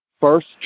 first